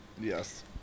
yes